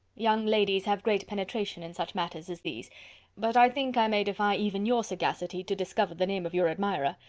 young ladies have great penetration in such matters as these but i think i may defy even your sagacity, to discover the name of your admirer.